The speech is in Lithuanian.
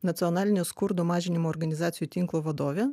nacionalinio skurdo mažinimo organizacijų tinklo vadovė